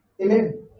Amen